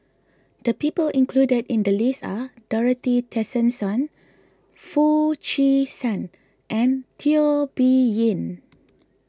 the people included in the list are Dorothy Tessensohn Foo Chee San and Teo Bee Yen